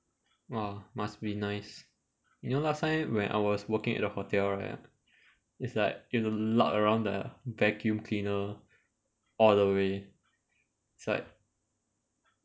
!wah! must be nice you know last time when I was working at the hotel right it's like you have to lug around the vacuum cleaner all the way it's like